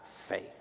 faith